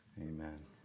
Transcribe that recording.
amen